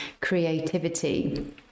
creativity